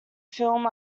film